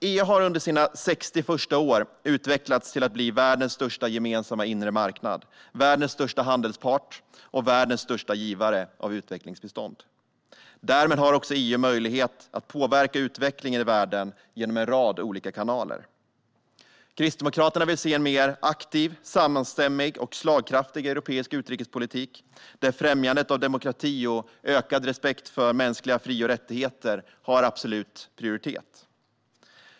EU har under sina första 60 år utvecklats till att bli världens största gemensamma inre marknad, världens största handelspart och världens största givare av utvecklingsbistånd. Därmed har EU också möjlighet att påverka utvecklingen i världen genom en rad olika kanaler. Kristdemokraterna vill se en mer aktiv, samstämmig och slagkraftig europeisk utrikespolitik, där främjandet av demokrati och ökad respekt för mänskliga fri och rättigheter har absolut prioritet.